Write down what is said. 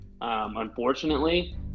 unfortunately